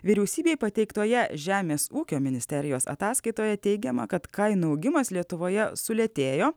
vyriausybei pateiktoje žemės ūkio ministerijos ataskaitoje teigiama kad kainų augimas lietuvoje sulėtėjo